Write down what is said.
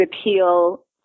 appeal